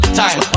time